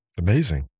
Amazing